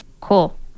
Cool